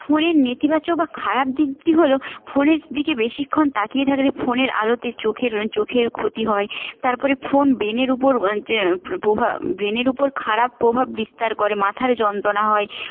ফোনের নেতিবাচক বা খারাপ দিকটি হল ফোনের দিকে বেশীক্ষণ তাকিয়ে থাকলে ফোনের আলোতে চোখের চোখের ক্ষতি হয় তারপরে ফোন ব্রেনের ওপর প্রভাব ব্রেনের ওপর খারাপ প্রভাব বিস্তার করে মাথার যন্ত্রনা হয়